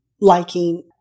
liking